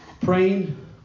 Praying